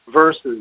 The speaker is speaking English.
versus